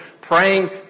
praying